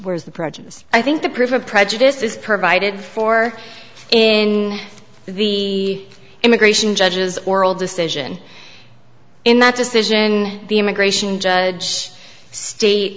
where is the prejudice i think the proof of prejudice is provided for in the immigration judges oral decision in that decision the immigration judge state